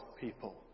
people